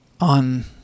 on